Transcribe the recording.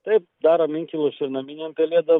taip darom inkilus ir naminėm pelėdom